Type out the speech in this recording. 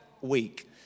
week